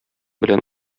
белән